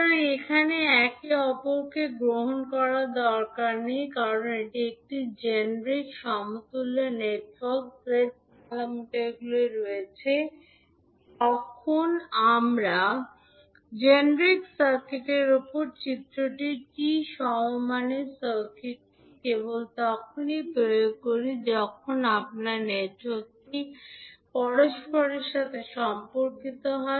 সুতরাং এখানে একে অপরকে গ্রহণ করার দরকার নেই কারণ এটি জেনেরিক সমতুল্য নেটওয়ার্ক z প্যারামিটারগুলি রয়েছে যখন আমরা জেনেরিক সার্কিটের উপরের চিত্রটি টি সমমানের সার্কিটটি কেবল তখনই প্রয়োগ করি যখন আপনার নেটওয়ার্কটি পরস্পরের সাথে সম্পর্কিত হয়